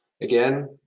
Again